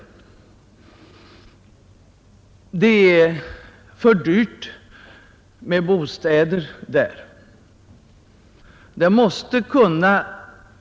Det är för dyrt med bostäder där.